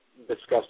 discussed